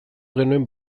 genuen